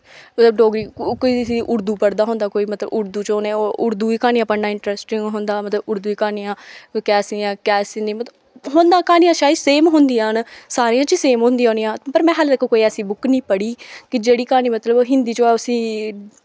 कोई डोगरी कोई किसी कोई उर्दू पढ़दा होंदा कोई मतलब उर्दू च उ'नें उर्दू दी क्हानियां पढ़ना इंट्रस्टिंग होंदा मतलब उर्दू दी क्हानियां कैसियां कैसियां मतलब होंदा क्हानियां शायद सेम होंदियां न सारें च सेम होंदियां होनियां पर में हालें तक कोई ऐसी बुक्क नी पढ़ी कि जेह्ड़ी क्हानी मतलब हिन्दी होऐ मतलब उसी